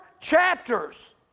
chapters